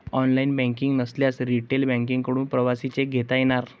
online banking नसल्यास retail बँकांकडून प्रवासी चेक घेता येणार